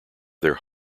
their